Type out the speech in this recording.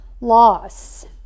Loss